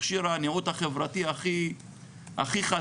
זה מכשיר הניעות החברתי הכי חזק,